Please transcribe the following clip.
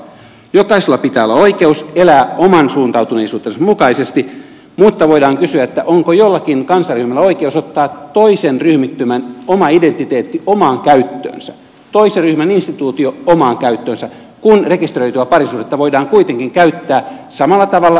jokaisella pitää olla oikeus elää oman suuntautuneisuutensa mukaisesti mutta voidaan kysyä onko jollakin kansanryhmällä oikeus ottaa toisen ryhmittymän oma identiteetti omaan käyttöönsä toisen ryhmän instituutio omaan käyttöönsä kun rekisteröityä parisuhdetta voidaan kuitenkin käyttää samalla tavalla tämän ryhmän omiin tarpeisiin